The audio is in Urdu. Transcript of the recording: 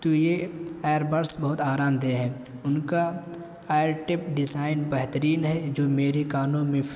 تو یہ ایربرس بہت آرام دہ ہے ان کا ڈیزائن بہترین ہے جو میری کانوں میں